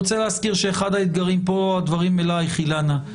פה הדברים אלייך, אילנה.